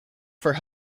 for